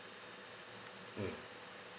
mm